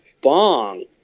bong